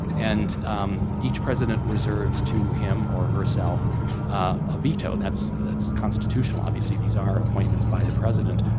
and each president reserves to him or herself a veto. that's that's constitutional, obviously. these are appointments by the president,